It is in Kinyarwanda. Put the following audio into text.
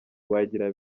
wagira